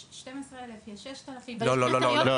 יש 12,000, יש 6,000. לא, לא.